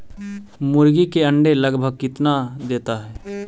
मुर्गी के अंडे लगभग कितना देता है?